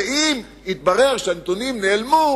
ואם יתברר שהנתונים נעלמו,